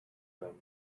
them